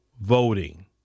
voting